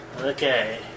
Okay